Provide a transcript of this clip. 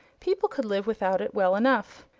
people could live without it well enough.